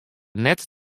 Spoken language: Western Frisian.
net